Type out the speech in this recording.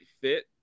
fit